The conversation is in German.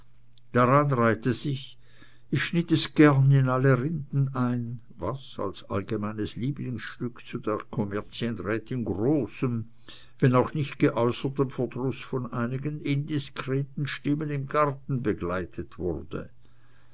daran reihte sich ich schnitt es gern in alle rinden ein was als allgemeines lieblingsstück zu der kommerzienrätin großem wenn auch nicht geäußerten verdruß von einigen indiskreten stimmen im garten begleitet wurde